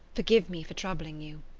forgive me for troubling you.